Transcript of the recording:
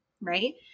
right